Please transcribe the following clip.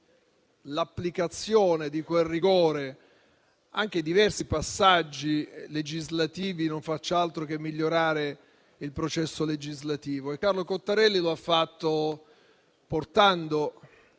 l'applicazione di quel rigore in diversi passaggi legislativi non faccia altro che migliorare il processo legislativo. Carlo Cottarelli lo ha fatto portando